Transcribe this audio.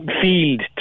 field